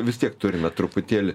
vis tiek turime truputėlį